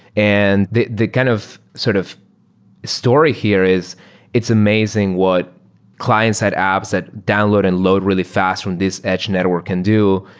and the the kind of sort of story here is it's amazing what clients had apps that download and load really fast from this edge network can do,